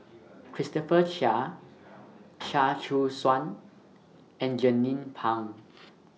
Christopher Chia Chia Choo Suan and Jernnine Pang